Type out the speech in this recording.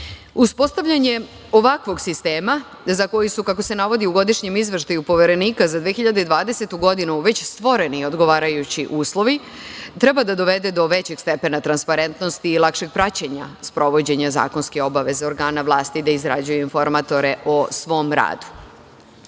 Uspostavljanje ovakvog sistema za koji su, kako se navodi u Godišnjem izveštaju Poverenika za 2020. godinu već stvoreni odgovarajući uslovi, treba da dovede do većeg stepena transparentnosti i lakšeg praćenja sprovođenja zakonske obaveze organa vlasti da izrađuju informatore o svom